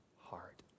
heart